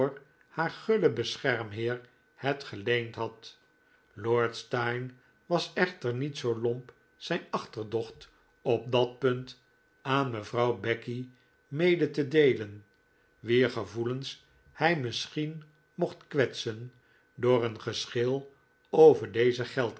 haar guile beschermheer het geleend had lord steyne was echter niet zoo lomp zijn achterdocht op dat punt aan mevrouw becky mede te deelen wier gevoelens hij misschien mocht kwetsen door een geschil over deze